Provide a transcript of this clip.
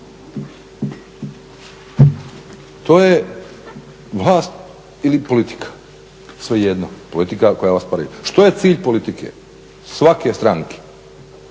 to je vlast ili politika svejedno, politika koja je … što je cilj politike, svake stranke?